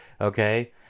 Okay